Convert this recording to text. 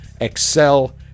excel